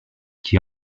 qui